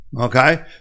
okay